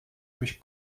durch